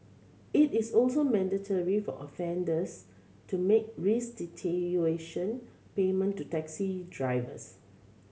it is also mandatory for offenders to make restitution payment to taxi drivers